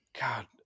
God